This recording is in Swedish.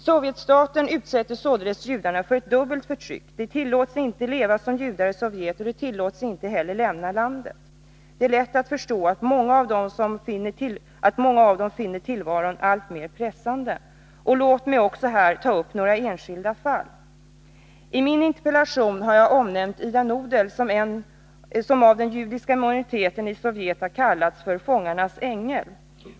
Sovjetstaten utsätter således judarna för ett dubbelt förtryck. De tillåts inte leva som judar i Sovjet, och de tillåts inte heller att lämna landet. Det är därför lätt att förstå att många av dem finner tillvaron alltmer pressande. Låt mig här också ta upp några enskilda fall. I min interpellation har jag omnämnt Ida Nudel, som av den judiska minoriteten i Sovjet har kallats ”fångarnas ängel”.